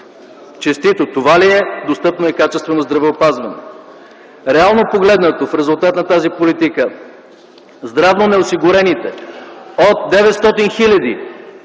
Честито! Това ли е достъпно и качествено здравеопазване? Реално погледнато, в резултат на тази политика, здравнонеосигурените от 900